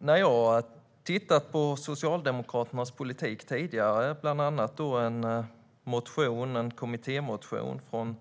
Jag har tittat på Socialdemokraternas tidigare politik, bland annat en kommittémotion från